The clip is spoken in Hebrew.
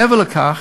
מעבר לכך,